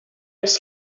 ers